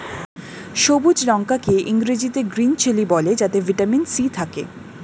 সবুজ লঙ্কা কে ইংরেজিতে গ্রীন চিলি বলে যাতে ভিটামিন সি থাকে